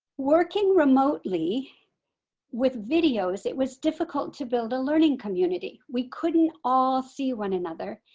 working remotely with videos it was difficult to build a learning community. we couldn't all see one another.